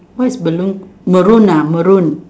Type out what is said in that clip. what is balloon Maroon ah Maroon